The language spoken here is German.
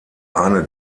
eine